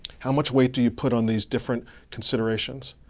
how much weight do you put on these different considerations?